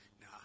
nah